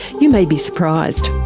you may be surprised.